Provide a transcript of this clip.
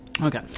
Okay